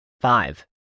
five